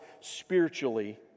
spiritually